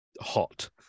hot